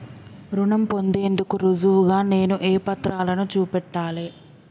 రుణం పొందేందుకు రుజువుగా నేను ఏ పత్రాలను చూపెట్టాలె?